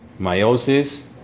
meiosis